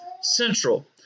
central